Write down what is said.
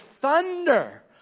Thunder